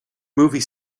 movie